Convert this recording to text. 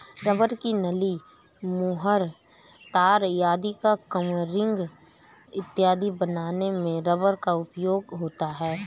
rubber की नली, मुहर, तार आदि का कवरिंग इत्यादि बनाने में रबर का उपयोग होता है